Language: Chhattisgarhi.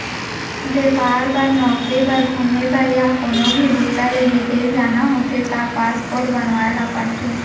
बेपार बर, नउकरी बर, घूमे बर य कोनो भी बूता ले बिदेस जाना होथे त पासपोर्ट बनवाए ल परथे